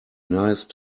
nice